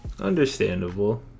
Understandable